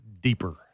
deeper